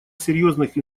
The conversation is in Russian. серьезных